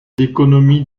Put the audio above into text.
l’économie